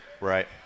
Right